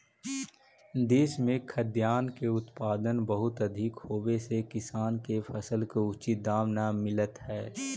देश में खाद्यान्न के उत्पादन बहुत अधिक होवे से किसान के फसल के उचित दाम न मिलित हइ